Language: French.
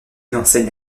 enseigne